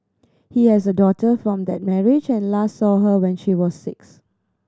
he has a daughter from that marriage and last saw her when she was six